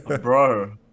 Bro